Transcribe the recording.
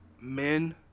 men